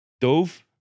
Dove